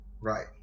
right